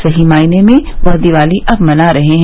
सही मायने में वह दिवाली अब मना रहे हैं